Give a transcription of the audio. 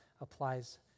applies